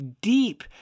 deep